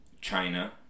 China